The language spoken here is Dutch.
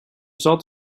zat